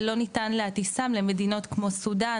ולא ניתן להטיסם למדינות כמו סודן,